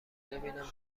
ببینم